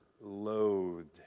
loathed